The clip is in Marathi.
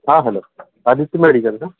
हां हॅलो आदित्य मेडिकल का